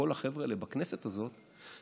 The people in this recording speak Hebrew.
כל החבר'ה האלה בכנסת הזאת,